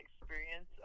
experience